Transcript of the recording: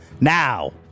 now